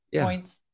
points